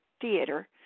theater